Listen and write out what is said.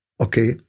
Okay